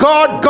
God